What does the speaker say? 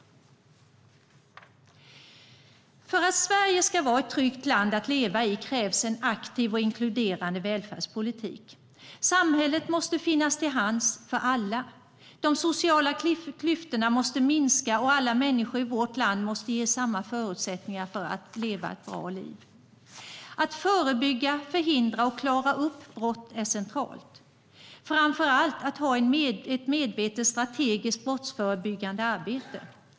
För att Sverige ska vara ett tryggt land att leva i krävs en aktiv och inkluderande välfärdspolitik. Samhället måste finnas till hands för alla. De sociala klyftorna måste minska, och alla människor i vårt land måste ges samma förutsättningar att leva ett bra liv. Att förebygga, förhindra och klara upp brott är centralt. Framför allt handlar det om att ha ett medvetet och strategiskt brottsförebyggande arbete.